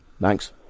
Thanks